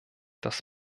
das